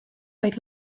vaid